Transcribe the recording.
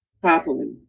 properly